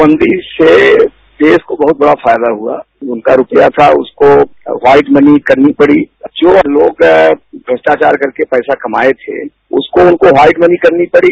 नोटबंदी से देश को बहुत बड़ा फायदा हुआ उनका रूपया था उनको वाइटमनी करनी पड़ी जो लोग भ्रष्टाचार करके पैसा कमाये थे उसको उनको वाइटमनी करनी पड़ी